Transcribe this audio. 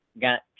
got